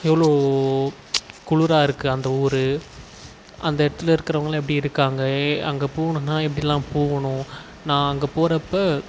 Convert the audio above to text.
எவ்வளோ குளுராக இருக்குது அந்த ஊர் அந்த இடத்துல இருக்கிறவங்களாம் எப்படி இருக்காங்க அங்கே போகணுன்னா எப்படிலாம் போகணும் நான் அங்கே போகிறப்ப